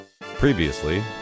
Previously